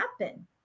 happen